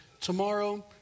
Tomorrow